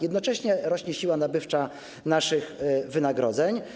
Jednocześnie rośnie siła nabywcza naszych wynagrodzeń.